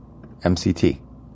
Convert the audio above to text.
MCT